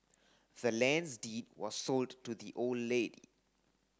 the land's deed was sold to the old lady